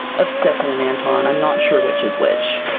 of steffan and anton. i'm not sure which is which,